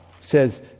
says